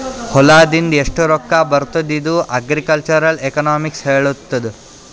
ಹೊಲಾದಿಂದ್ ಎಷ್ಟು ರೊಕ್ಕಾ ಬರ್ತುದ್ ಇದು ಅಗ್ರಿಕಲ್ಚರಲ್ ಎಕನಾಮಿಕ್ಸ್ ಹೆಳ್ತುದ್